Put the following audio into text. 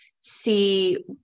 see